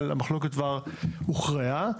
אבל המחלוקת כבר הוכרעה.